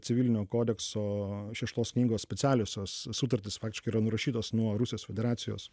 civilinio kodekso šeštos knygos specialiosios sutartys faktiškai yra nurašytos nuo rusijos federacijos